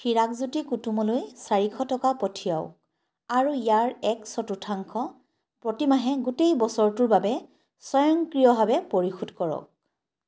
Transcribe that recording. হিৰকজ্যোতি কুতুমলৈ চাৰিশ টকা পঠিয়াওক আৰু ইয়াৰ এক চতুৰ্থাংশ প্ৰতি মাহে গোটেই বছৰটোৰ বাবে স্বয়ংক্ৰিয়ভাৱে পৰিশোধ কৰক